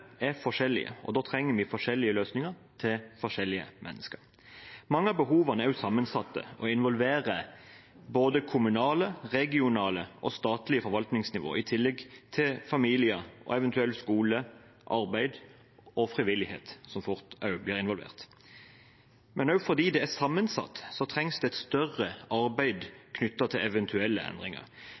er forskjellige, og da trenger vi å ha forskjellige løsninger for forskjellige mennesker. Mange av behovene er også sammensatte og involverer både kommunale, regionale og statlige forvaltningsnivåer, i tillegg til familier og eventuelt skole, arbeid og frivillighet, som også fort blir involvert. Men fordi det er sammensatt, trengs det også et større arbeid knyttet til eventuelle endringer.